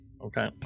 Okay